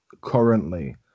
currently